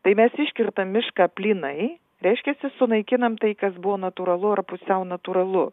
tai mes iškertam mišką plynai reiškiasi sunaikinam tai kas buvo natūralu ar pusiau natūralu